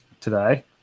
today